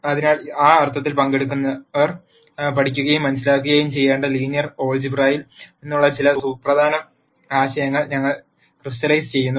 അതിനാൽ ആ അർത്ഥത്തിൽ പങ്കെടുക്കുന്നവർ പഠിക്കുകയും മനസ്സിലാക്കുകയും ചെയ്യേണ്ട ലീനിയർ ആൾജിബ്രയിൽ നിന്നുള്ള ചില സുപ്രധാന ആശയങ്ങൾ ഞങ്ങൾ ക്രിസ്റ്റലൈസ് ചെയ്തു